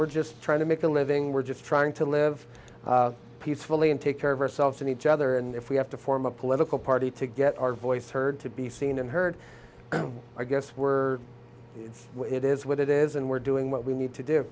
we're just trying to make a living we're just trying to live peacefully and take care of ourselves and each other and if we have to form a political party to get our voice heard to be seen and heard i guess we're it is what it is and we're doing what we need to do